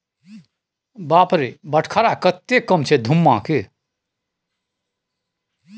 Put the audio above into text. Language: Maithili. बाप रे बटखरा कतेक कम छै धुम्माके